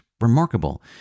remarkable